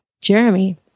Jeremy